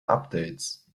updates